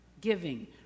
giving